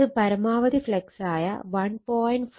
അത് പരമാവധി ഫ്ളക്സായ 1